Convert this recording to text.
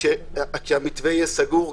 כשהמתווה יהיה סגור,